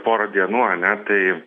porą dienų ane tai